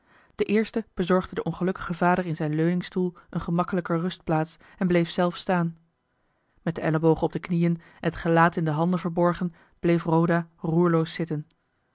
de eerste bezorgde den ongelukkigen vader in zijn eu ningstoel eene gemakkelijker rustplaats en bleef zelf staan met de ellebogen op de knieën en het gelaat in de handen verborgen bleef roda roerloos zitten